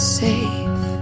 safe